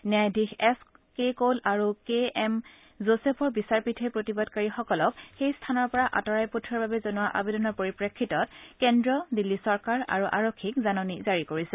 ন্যায়াধীশ S K Kaul আৰু K M যোছেফৰ বিচাৰপীঠে প্ৰতিবাদকাৰীসকলক সেই স্থানৰ পৰা আঁতৰাই পঠিওৱাৰ বাবে জনোৱা আৱেদনৰ পৰিপ্ৰেক্ষিতত কেন্দ্ৰ দিন্নী চৰকাৰ আৰু আৰক্ষীক জাননী জাৰি কৰিছে